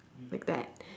like that